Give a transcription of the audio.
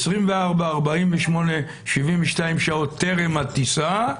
24 או 48 או 72 שעות טרם הטיסה,